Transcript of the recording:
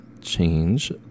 change